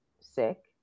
sick